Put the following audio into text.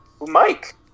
Mike